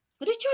Richard